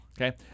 Okay